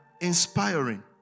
inspiring